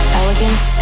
elegance